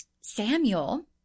Samuel